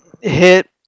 hit